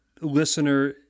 listener